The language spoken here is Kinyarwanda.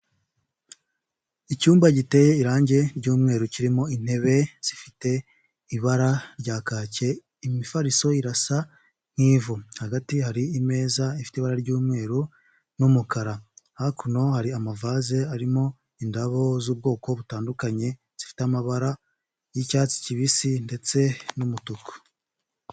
Icyumba giteye irangi ry'umweru kirimo intebe zifite ibara rya kake imifariso irasa nk'ivu, hagati hari imeza ifite ibara ry'umweru n'umukara, hakuno hari amavaze arimo indabo z'ubwoko butandukanye zifite amabara y'icyatsi kibisi ndetse n'umutuku.